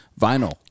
vinyl